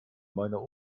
meiner